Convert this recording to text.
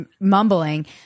mumbling